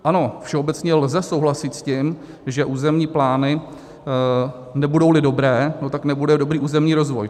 Ano, všeobecně lze souhlasit s tím, že územní plány, nebudouli dobré, tak nebude dobrý územní rozvoj.